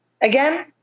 again